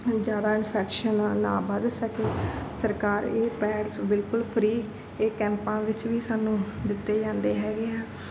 ਜ਼ਿਆਦਾ ਇਨਫੈਕਸ਼ਨ ਨਾ ਵੱਧ ਸਕੇ ਸਰਕਾਰ ਇਹ ਪੈਡਸ ਬਿਲਕੁਲ ਫਰੀ ਇਹ ਕੈਂਪਾਂ ਵਿੱਚ ਵੀ ਸਾਨੂੰ ਦਿੱਤੇ ਜਾਂਦੇ ਹੈਗੇ ਆ